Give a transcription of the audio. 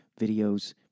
videos